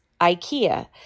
IKEA